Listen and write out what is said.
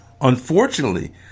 unfortunately